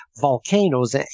volcanoes